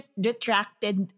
detracted